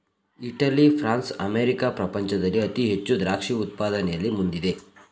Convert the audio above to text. Italy, France, America ಪ್ರಪಂಚದಲ್ಲಿ ಅತಿ ಹೆಚ್ಚು ದ್ರಾಕ್ಷಿ ಉತ್ಪಾದನೆಯಲ್ಲಿ ಮುಂದಿದೆ